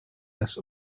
las